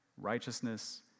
righteousness